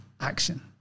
action